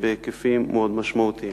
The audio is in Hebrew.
בהיקפים מאוד משמעותיים.